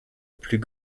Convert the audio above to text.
plus